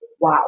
Wow